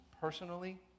personally